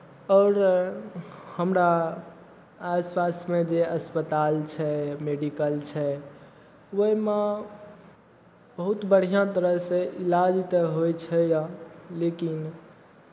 आओर हमरा आस पासमे जे अस्पताल छै मेडीकल छै ओहिमे बहुत बढ़िआँ तरहसँ इलाज तऽ होइ छै यहाँ लेकिन